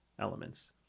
elements